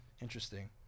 Interesting